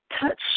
Touch